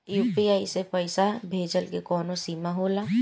UPI से पईसा भेजल के कौनो सीमा होला?